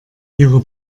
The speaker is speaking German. ihre